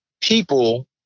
people